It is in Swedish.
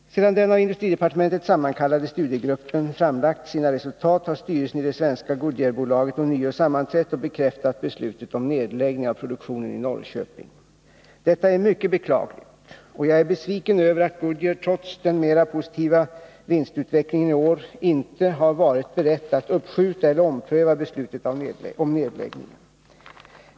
Sedan den av industridepartementet sammankallade studiegruppen framlagt sina resultat har styrelsen i det svenska Goodyearbolaget ånyo sammanträtt och bekräftat beslutet om nedläggning av produktionen i Norrköping. Detta är mycket beklagligt, och jag är besviken över att Goodyear, trots den mer positiva vinstutvecklingen i år, inte har varit berett att uppskjuta eller ompröva beslutet om nedläggning.